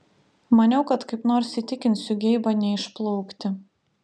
maniau kad kaip nors įtikinsiu geibą neišplaukti